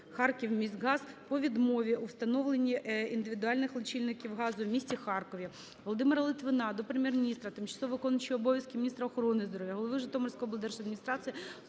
"Харківміськгаз" по відмові у встановленні індивідуальних лічильників газу в місті Харкові. Володимира Литвина до Прем'єр-міністра, тимчасово виконуючої обов'язки міністра охорони здоров'я, голови Житомирської облдержадміністрації